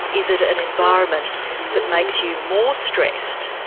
is it an environment that makes you more stressed,